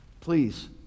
please